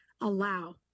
allow